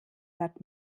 hört